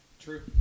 True